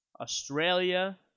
Australia